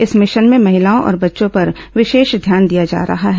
इस मिशन में महिलाओं और बच्चों पर विशेष ध्यान दिया जा रहा है